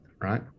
right